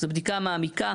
זו בדיקה מעמיקה.